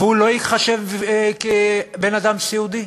והוא לא ייחשב בן-אדם סיעודי.